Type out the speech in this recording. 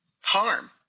harm